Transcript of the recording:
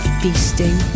feasting